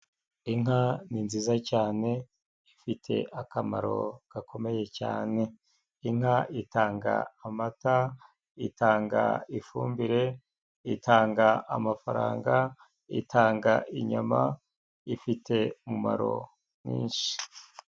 Inka ni nziza cyane, ifite akamaro gakomeye cyane. Inka itanga :amata, itanga ifumbire, itanga amafaranga, itanga inyama, ifite umumaro mwinshi.